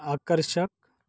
आकर्षक